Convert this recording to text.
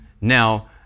Now